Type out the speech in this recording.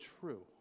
true